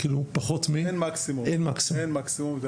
אין מקסימום.